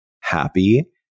happy